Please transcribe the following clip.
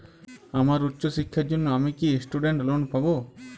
আমার উচ্চ শিক্ষার জন্য আমি কি স্টুডেন্ট লোন পাবো